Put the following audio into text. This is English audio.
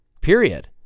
Period